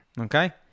Okay